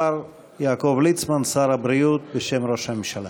השר יעקב ליצמן, שר הבריאות, בשם ראש הממשלה.